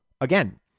again